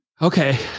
Okay